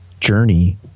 journey